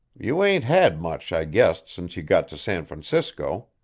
you ain't had much, i guess, since you got to san francisco.